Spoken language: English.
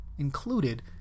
included